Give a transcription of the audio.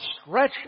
stretch